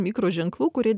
mikroženklų kurie